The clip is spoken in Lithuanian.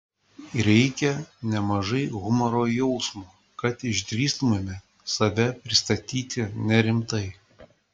reikia nemažai humoro jausmo kad išdrįstumėme save pristatyti nerimtai